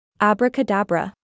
Abracadabra